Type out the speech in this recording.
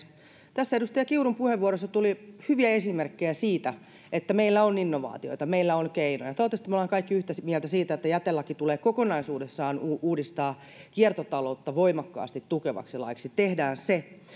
tässä edustaja kiurun puheenvuorossa tuli hyviä esimerkkejä siitä että meillä on innovaatioita meillä on keinoja toivottavasti me olemme kaikki yhtä mieltä siitä että jätelaki tulee kokonaisuudessaan uudistaa kiertotaloutta voimakkaasti tukevaksi laiksi tehdään se